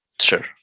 Sure